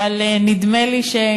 אבל נדמה לי,